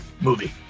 movie